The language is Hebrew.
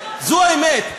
זו האמת,